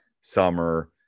summer